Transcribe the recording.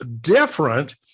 different